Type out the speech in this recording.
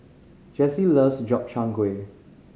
Jessye loves Gobchang Gui